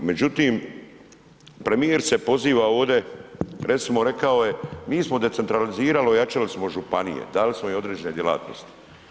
Međutim, premijer se poziva ovdje, recimo rekao je mi smo decentralizirali ojačali smo županije, dali smo im određene djelatnosti.